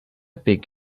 beg